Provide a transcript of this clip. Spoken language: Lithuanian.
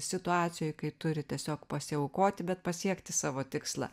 situacijoj kai turi tiesiog pasiaukoti bet pasiekti savo tikslą